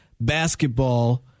basketball